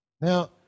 Now